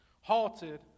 halted